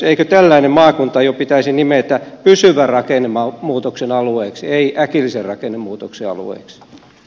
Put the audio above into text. eikö tällainen maakunta jo pitäisi nimetä pysyvän rakennemuutoksen alueeksi ei äkillisen rakennemuutoksen alueeksi